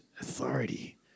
authority